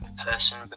Person